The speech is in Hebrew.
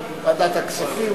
ועדת הכספים,